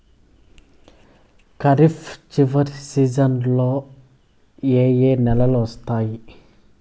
ఖరీఫ్ చివరి సీజన్లలో ఏ ఏ నెలలు వస్తాయి